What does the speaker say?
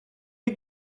you